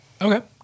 okay